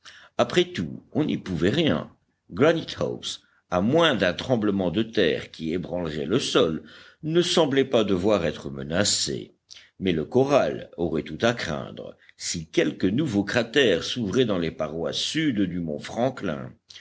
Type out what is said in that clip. après tout on n'y pouvait rien granite house à moins d'un tremblement de terre qui ébranlerait le sol ne semblait pas devoir être menacée mais le corral aurait tout à craindre si quelque nouveau cratère s'ouvrait dans les parois sud du mont franklin